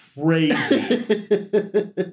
crazy